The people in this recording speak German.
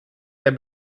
der